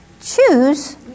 Choose